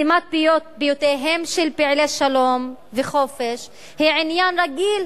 סתימת פיותיהם של פעילי שלום וחופש היא עניין רגיל,